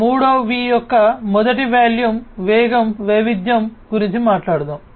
3 V యొక్క మొదటి volume వేగం వైవిధ్యం గురించి మాట్లాడుదాం